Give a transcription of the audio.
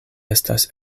estas